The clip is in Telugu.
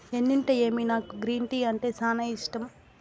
ఎన్నుంటేమి నాకు గ్రీన్ టీ అంటే సానా ఇష్టం